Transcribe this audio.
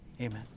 amen